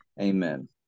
Amen